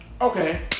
Okay